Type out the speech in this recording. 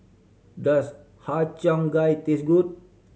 does Har Cheong Gai taste good